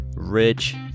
rich